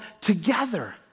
together